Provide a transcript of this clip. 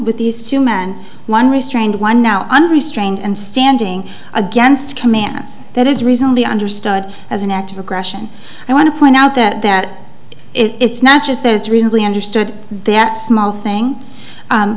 with these two men one restrained one now unrestrained and standing against commands that is reasonably understood as an act of aggression i want to point out that that it's not just that it's really understood that small thing